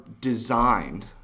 designed